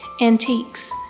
antiques